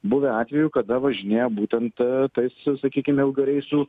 buvę atvejų kada važinėja būtent tai su sakykim ilgareisių